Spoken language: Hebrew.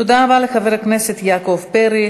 תודה רבה לחבר הכנסת יעקב פרי.